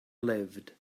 lived